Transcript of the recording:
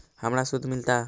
हमरा शुद्ध मिलता?